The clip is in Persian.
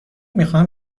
میخواهم